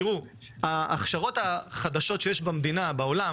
תראו, ההכשרות החדשות שיש במדינה, בעולם